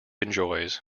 enjoys